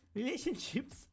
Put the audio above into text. relationships